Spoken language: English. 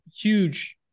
huge